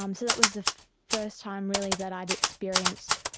um so that was the first time really that i had experienced